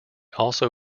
also